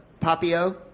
Papio